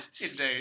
Indeed